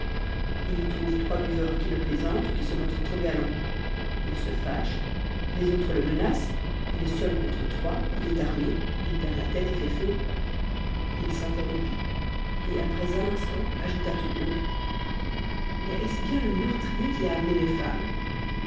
il y trouve trois buveurs qui le plaisantent ou qui se montrent trop galants il se fâche les autres le menacent il est seul contre trois il est armé il perd la tête et fait feu il s'interrompit et après un instant ajouta tout haut mais est-ce bien le meurtrier qui a amené les femmes